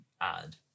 add